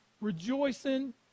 rejoicing